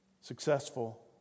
successful